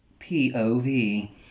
pov